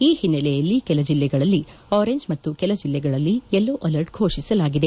ಈ ಹಿನ್ನೆಲೆಯಲ್ಲಿ ಕೆಲ ಜಿಲ್ಲೆಗಳಲ್ಲಿ ಆರೆಂಜ್ ಮತ್ತು ಕೆಲ ಜಿಲ್ಲೆಗಳಲ್ಲಿ ಯಲ್ಲೋ ಅಲರ್ಟ್ ಫೋಷಿಸಲಾಗಿದೆ